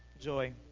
joy